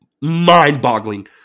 mind-boggling